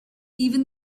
even